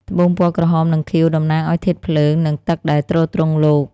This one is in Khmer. ត្បូងពណ៌ក្រហម និងខៀវ តំណាងឱ្យធាតុភ្លើង និងទឹកដែលទ្រទ្រង់លោក។